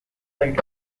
suicide